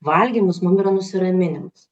valgymas mum yra nusiraminimas